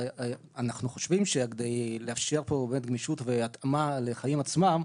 אנחנו חושבים שכדי לאפשר פה גמישות והתאמה לחיים עצמם,